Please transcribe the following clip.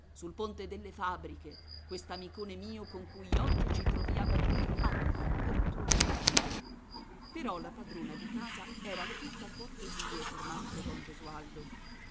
sul ponte delle fabbriche quest'amicone mio con cui oggi ci troviamo qui a tu per tu però la padrona di casa era tutta cortesie per mastrodon gesualdo